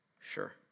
Sure